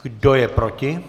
Kdo je proti?